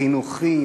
חינוכי,